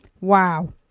Wow